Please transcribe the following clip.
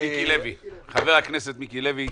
חבר הכנסת מיקי לוי,